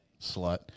Slut